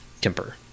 temper